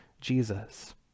Jesus